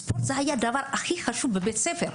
ספורט היה הדבר הכי חשוב בבית הספר.